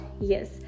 yes